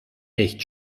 echt